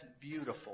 beautiful